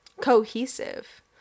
cohesive